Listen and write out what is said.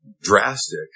drastic